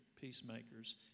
peacemakers